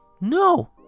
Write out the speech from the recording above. No